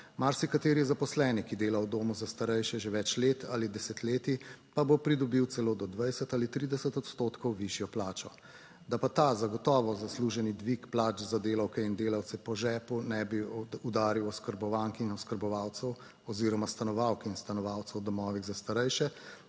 Marsikateri zaposleni, ki dela v domu za starejše že več let ali desetletij, pa bo pridobil celo do 20 ali 30 odstotkov višjo plačo. Da pa ta zagotovo zasluženi dvig plač za delavke in delavce po žepu ne bi udaril oskrbovank in oskrbovancev oziroma stanovalk in stanovalcev v domovih za starejše